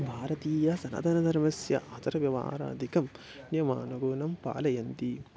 भारतीय सनातनधर्मस्य आचारव्यवहारादिकं नियमानानुगुणं पालयन्ति